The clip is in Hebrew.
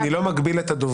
אני לא מגביל את הדוברים.